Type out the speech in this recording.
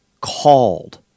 called